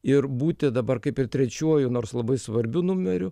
ir būti dabar kaip ir trečiuoju nors labai svarbiu numeriu